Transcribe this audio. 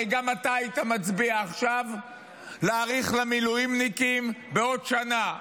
הרי גם אתה היית מצביע עכשיו להאריך למילואימניקים בעוד שנה.